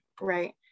right